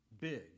big